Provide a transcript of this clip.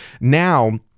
now